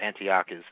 Antiochus